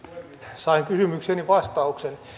sain kysymykseeni vastauksen